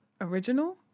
original